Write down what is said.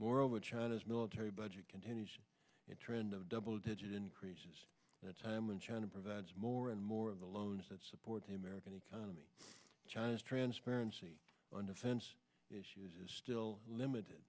moreover china's military budget continues that trend of double digit increases the time when china provides more and more of the loans that support him american economy china's transparency on defense issues is still limited